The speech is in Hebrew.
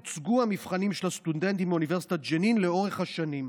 הוצגו המבחנים של הסטודנטים מאוניברסיטת ג'נין לאורך השנים.